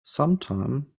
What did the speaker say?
sometime